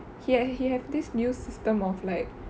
he had he have this new system of like